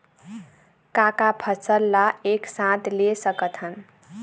का का फसल ला एक साथ ले सकत हन?